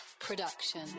Production